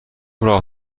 راه